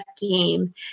game